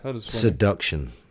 seduction